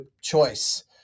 choice